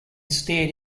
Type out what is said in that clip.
stared